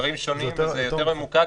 דברים שונים וזה יותר ממוקד,